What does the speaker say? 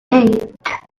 eight